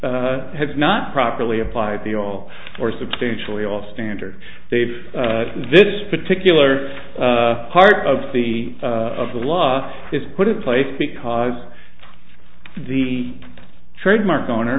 has not properly applied the all or substantially all standard they've this particular part of the of the law is put in place because the trademark owner